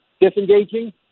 disengaging